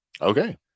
Okay